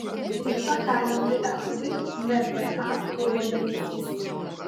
ryto talentui echodui nba klubo dėmesys